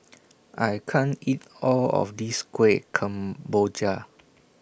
I can't eat All of This Kueh Kemboja